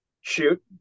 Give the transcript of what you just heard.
shoot